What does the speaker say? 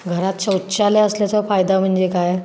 घरात शौचालय असल्याचा फायदा म्हणजे काय